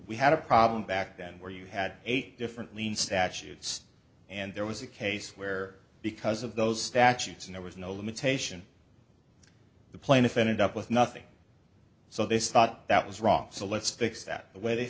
we had a problem back then where you had eight different lean statutes and there was a case where because of those statutes and there was no limitation the plaintiff ended up with nothing so they sought that was wrong so let's fix that the way they